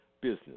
business